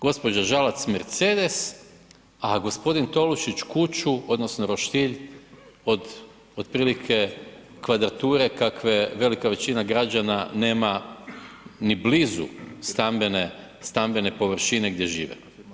Gospođa Žalac mercedes, a gospodin Tolušić kuću odnosno roštilj od otprilike kvadrature kakve velika većina građana nema ni blizu stambene, stambene površine gdje žive.